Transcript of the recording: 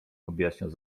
objaśniał